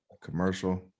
commercial